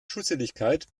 schusseligkeit